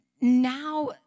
now